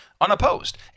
unopposed